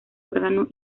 órgano